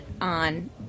on